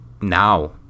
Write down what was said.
now